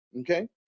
Okay